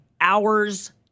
hours